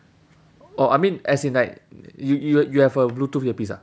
oh I mean as in like you you you have a bluetooth earpiece ah